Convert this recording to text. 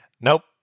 Nope